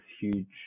huge